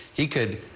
he could.